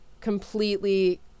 completely